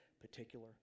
particular